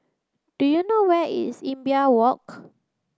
do you know where is Imbiah Walk